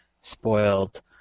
spoiled